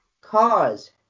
cars